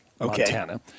Montana